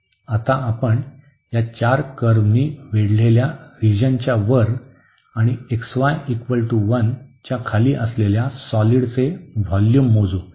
आता आपण या चार कर्व्हनी वेढलेल्या रिजनच्या वर आणि xy 1 च्या खाली असलेल्या सॉलिडचे व्होल्यूम मोजू